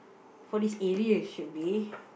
for this area should be